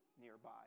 nearby